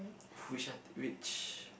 which one which